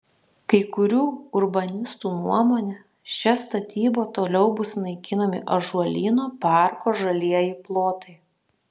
kai kurių urbanistų nuomone šia statyba toliau bus naikinami ąžuolyno parko žalieji plotai